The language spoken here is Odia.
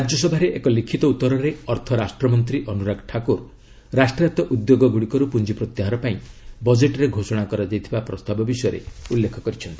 ରାଜ୍ୟସଭାରେ ଏକ ଲିଖିତ ଉଭରରେ ଅର୍ଥ ରାଷ୍ଟ୍ର ମନ୍ତ୍ରୀ ଅନୁରାଗ ଠାକୁର ରାଷ୍ଟ୍ରାୟତ ଉଦ୍ୟୋଗ ଗୁଡ଼ିକରୁ ପୁଞ୍ଜି ପ୍ରତ୍ୟାହାର ପାଇଁ ବଜେଟ୍ରେ ଘୋଷଣା କରାଯାଇଥିବା ପ୍ରସ୍ତାବ ବିଷୟରେ ଉଲ୍ଲେଖ କରିଛନ୍ତି